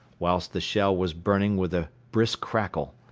whilst the shell was burning with a brisk crackle.